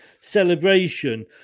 celebration